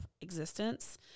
existence